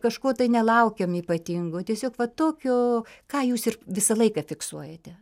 kažko tai nelaukiam ypatingo o tiesiog va tokio ką jūs ir visą laiką fiksuojate